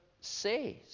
says